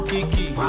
Kiki